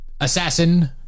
assassin